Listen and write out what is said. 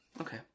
Okay